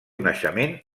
naixement